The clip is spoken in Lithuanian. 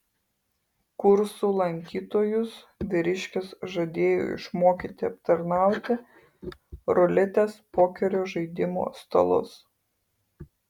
kursų lankytojus vyriškis žadėjo išmokyti aptarnauti ruletės pokerio žaidimo stalus